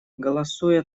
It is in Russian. голосуя